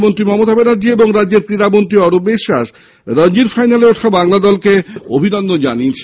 মুখ্যমন্ত্রী মমতা ব্যানার্জী ও রাজ্যের ক্রীড়া মন্ত্রী অরূপ বিশ্বাস রঞ্জির ফাইনালে ওঠা বাংলাকে অভিনন্দন জানিয়েছেন